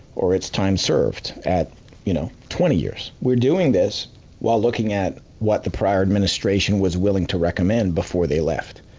or it's time served at you know twenty years. we're doing this while looking at what the prior administration was willing to recommend before they left.